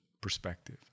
perspective